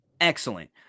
excellent